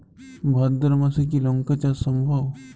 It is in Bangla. ভাদ্র মাসে কি লঙ্কা চাষ সম্ভব?